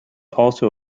also